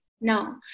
No